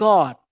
God